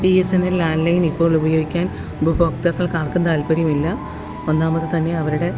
B S N L landline ഇപ്പോള് ഉപയോഗിക്കാന് ഉപഭോക്താക്കള്ക്കാര്ക്കും താല്പ്പര്യമില്ല ഒന്നാമത് തന്നെ അവരുടെ